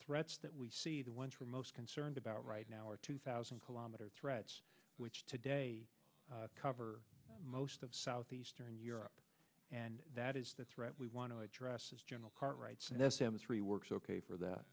threats that we see the ones we're most concerned about right now are two thousand kilometer threats which today cover most of southeastern europe and that is the threat we want to address as general cartwright three works ok for